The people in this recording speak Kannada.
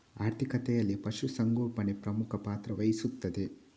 ಆರ್ಥಿಕತೆಯಲ್ಲಿ ಪಶು ಸಂಗೋಪನೆ ಪ್ರಮುಖ ಪಾತ್ರ ವಹಿಸುತ್ತದೆ